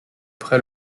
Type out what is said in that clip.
près